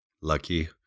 Lucky